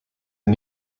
een